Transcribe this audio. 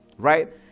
Right